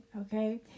okay